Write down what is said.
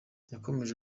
yakomeje